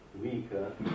weaker